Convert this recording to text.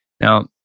Now